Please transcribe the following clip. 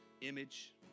image